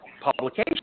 Publication